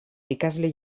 ikasle